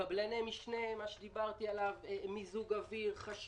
קבלני משנה, מיזוג אוויר, חשמל,